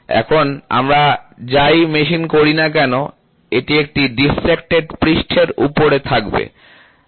এখন আমরা যাই মেশিন করি না কেন এটি একটি ডিফ্লেক্টেড পৃষ্ঠের উপরে থাকবে